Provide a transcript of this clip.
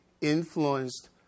influenced